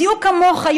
בדיוק כמוך,